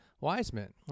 Wiseman